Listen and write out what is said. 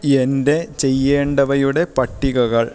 എൻ്റെ ചെയ്യേണ്ടവയുടെ പട്ടികകൾ